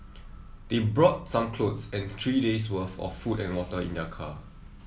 they brought some clothes and three days worth of food and water in their car